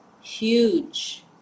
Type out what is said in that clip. Huge